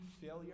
failure